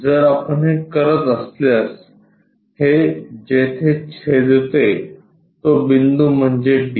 जर आपण हे करत असल्यास हे जेथे छेदते तो बिंदू म्हणजे d